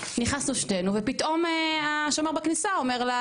נכנסנו שתינו ופתאום השומר בכניסה אומר לה